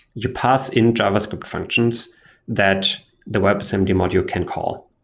you parse in javascript functions that the webassembly module can call.